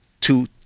two